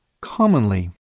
commonly